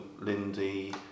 Lindy